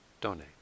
donate